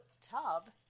tub